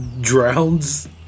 drowns